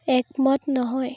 একমত নহয়